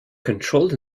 controlled